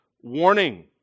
Warning